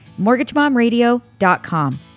MortgageMomRadio.com